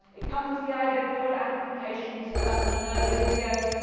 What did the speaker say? it comes with the idea of polar amplification. we saw that in an earlier video,